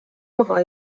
maha